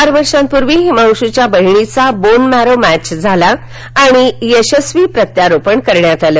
चार वर्षापुर्वी हिमांशूच्या बहिणीचा बोन मॅरो मॅच झाला आणि यशस्वी प्रत्यारोपण करण्यात आलं